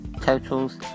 totals